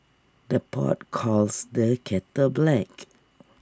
the pot calls the kettle black